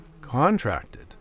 Contracted